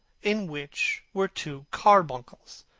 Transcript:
in which were two carbuncles,